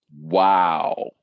Wow